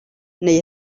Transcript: neu